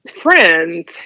friends